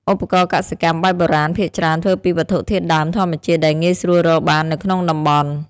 ឧបករណ៍កសិកម្មបែបបុរាណភាគច្រើនធ្វើពីវត្ថុធាតុដើមធម្មជាតិដែលងាយស្រួលរកបាននៅក្នុងតំបន់។